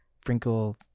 sprinkle